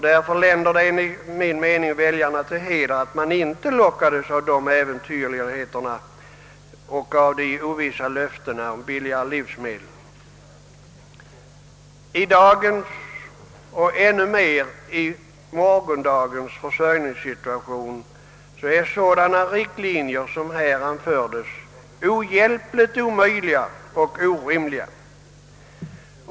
Därför länder det enligt min mening väljarna till heder att de inte lockades av dessa äventyrligheter och av de ovissa löftena om billigare livsmedel. I dagens och ännu mer i morgondagens försörjningssituation är sådana riktlinjer omöjliga och orimliga.